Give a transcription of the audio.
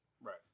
right